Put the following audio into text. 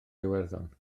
iwerddon